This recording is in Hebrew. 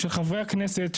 של חברי הכנסת,